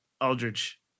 aldridge